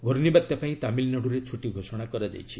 ଘୂର୍ଷିବାତ୍ୟା ପାଇଁ ତାମିଲ୍ନାଡ଼ୁରେ ଛୁଟି ଘୋଷଣା କରାଯାଇଛି